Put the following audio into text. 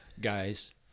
guys